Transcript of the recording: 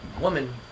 woman